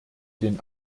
den